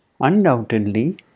Undoubtedly